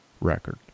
record